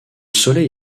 soleil